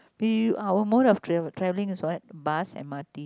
did you are the most our travelling is what bus and m_r_t